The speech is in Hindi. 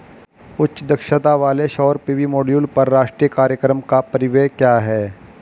उच्च दक्षता वाले सौर पी.वी मॉड्यूल पर राष्ट्रीय कार्यक्रम का परिव्यय क्या है?